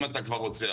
אם אתה כבר רוצה.